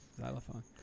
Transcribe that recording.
xylophone